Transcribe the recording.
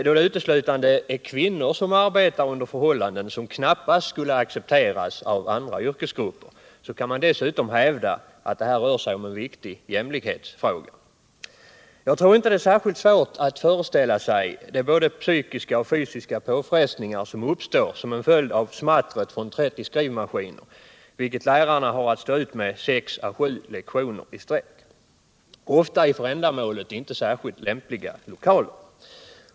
Då det uteslutande är kvinnor som här arbetar under förhållanden som knappast skulle accepteras av andra yrkesgrupper, kan man dessutom hävda att det rör sig om en viktig jämlikhetsfråga. Jag tror inte att det är särskilt svårt att föreställa sig de både psykiska och fysiska påfrestningar som uppstår till följd av smattret från 30 skrivmaskiner, vilket lärarna har att stå ut med sex å sju lektioner i sträck, ofta i för ändamålet inte särskilt lämpliga lokaler.